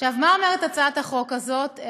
מה אומרת הצעת החוק הזאת?